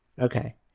Okay